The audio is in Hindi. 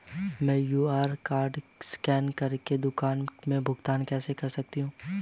मैं क्यू.आर कॉड स्कैन कर के दुकान में भुगतान कैसे कर सकती हूँ?